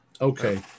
Okay